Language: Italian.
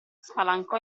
spalancò